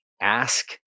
ask